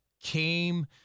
came